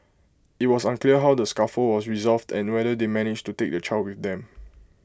IT was unclear how the scuffle was resolved and whether they managed to take the child with them